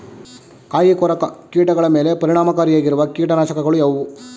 ಕಾಯಿಕೊರಕ ಕೀಟಗಳ ಮೇಲೆ ಪರಿಣಾಮಕಾರಿಯಾಗಿರುವ ಕೀಟನಾಶಗಳು ಯಾವುವು?